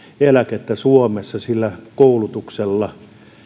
eläkettä suomessa sillä koulutuksella